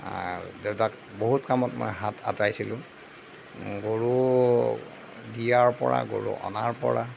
দেউতাক বহুত কামত মই হাত আতাইছিলোঁ গৰু দিয়াৰ পৰা গৰু অনাৰ পৰা